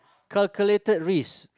calculated risk